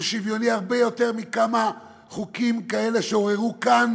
הוא שוויוני הרבה יותר מכמה חוקים כאלה שעוררו כאן